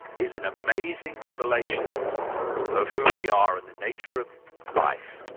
is an amazing revelation of who we are and the nature of life.